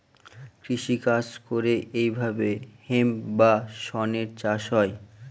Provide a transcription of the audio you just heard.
কৃষি কাজ করে এইভাবে হেম্প বা শনের চাষ হয়